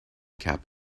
cap